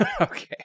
okay